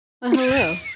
Hello